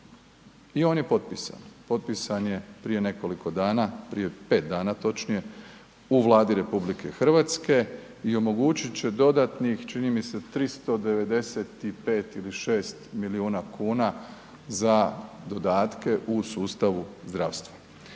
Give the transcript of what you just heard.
i on je potpisan, potpisan je prije nekoliko dana, prije 5 dana točnije u Vladi RH i omogućit će dodatnih, čini mi se 395 ili 6 milijuna kuna za dodatke u sustavu zdravstva.